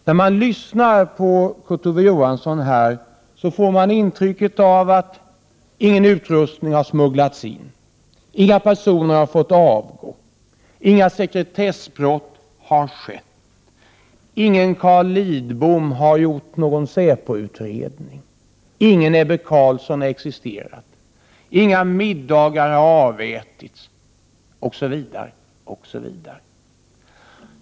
När man lyssnar på Kurt Ove Johansson får man intrycket av att ingen utrustning har smugglats in, inga personer har fått avgå, inga sekretessbrott har begåtts, ingen Carl Lidbom har gjort någon säpoutredning, ingen Ebbe Carlsson har existerat, inga middagar har avätits osv.